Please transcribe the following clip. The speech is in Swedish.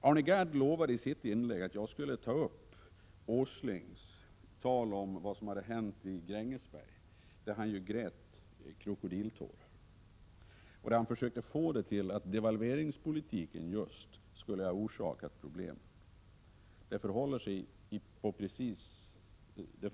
Arne Gadd lovade i sitt inlägg att jag skulle kommentera Nils G. Åslings tal om vad som hade hänt i Grängesberg, något som han grät krokodiltårar över. Åsling försökte få det till att just devalveringspolitiken skulle ha orsakat problemen. Men det förhåller sig precis tvärtom.